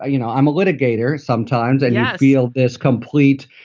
ah you know, i'm a litigator. sometimes i yeah feel this complete,